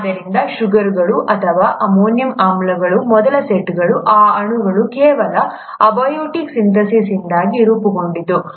ಆದ್ದರಿಂದ ಸುಗರ್ಗಳು ಅಥವಾ ಅಮೈನೋ ಆಮ್ಲಗಳ ಮೊದಲ ಸೆಟ್ ಈ ಅಣುಗಳ ಕೇವಲ ಅಬಯೋಟಿಕ್ ಸಿಂಥೆಸಿಸ್ಯಿಂದ ರೂಪುಗೊಂಡಿತು